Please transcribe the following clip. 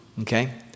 Okay